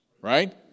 right